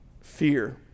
fear